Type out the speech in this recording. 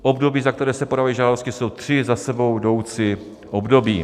Období, za které se podávají žádosti, jsou tři za sebou jdoucí období.